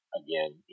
again